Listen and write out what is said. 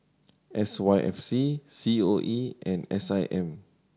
S Y F C C O E and S I M